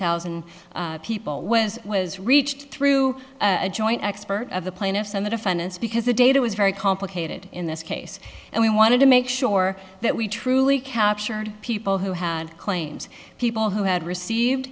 thousand people was was reached through a joint expert of the plaintiffs and the defendants because the data was very complicated in this case and we wanted to make sure that we truly captured people who had claims people who had received